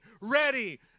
ready